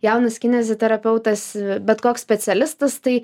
jaunas kineziterapeutas bet koks specialistas tai